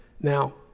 Now